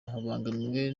babangamiwe